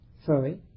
Sorry